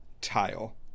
tile